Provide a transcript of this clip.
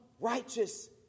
righteous